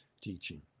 teaching